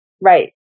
Right